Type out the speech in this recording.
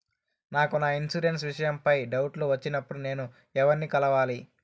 నాకు నా ఇన్సూరెన్సు విషయం పై డౌట్లు వచ్చినప్పుడు నేను ఎవర్ని కలవాలి?